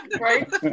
right